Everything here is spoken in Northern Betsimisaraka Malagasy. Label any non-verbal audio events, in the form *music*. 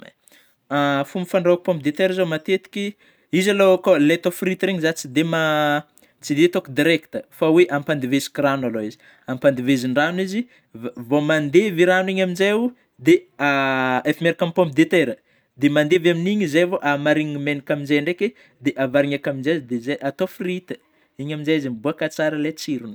*noise* *hesitation* Fomba fandrahoana pomme de terre zao matetika izy, alôha akao ilay atao frity regny zaho tsy *hesitation* tsy dia itako direct, fa hoe ampandeveziko ragno alôha izy ampadevizin-dragno izy ih, vao mandevy ragno iny amin'izay oh de *hesitation* efa miaraka amin'ny pomme de terre, de mandevy amin'igny zay vô amarigniny menaka amzay ndraiky, dia avarina akao amin' zay izy de zay atao frity, iny amin'izay izy mibôaka tsara lay tsirogny